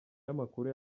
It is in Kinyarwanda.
y’amakuru